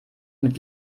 mit